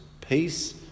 Peace